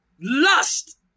lust